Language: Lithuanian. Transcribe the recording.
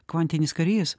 kvantinis karys